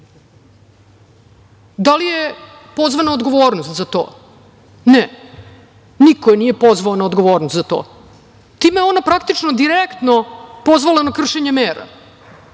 li je pozvana na odgovornost za to? Ne, niko je nije pozvao na odgovornost za to, time ona praktično direktno pozvala na kršenje mera